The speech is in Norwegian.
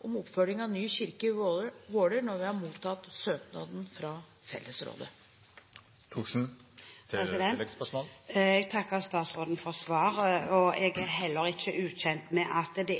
om oppføring av ny kirke i Våler når vi har mottatt søknaden fra fellesrådet. Jeg takker statsråden for svaret. Jeg er heller ikke ukjent med at det